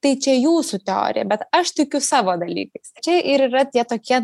tai čia jūsų teorija bet aš tikiu savo dalykais čia ir yra tie tokie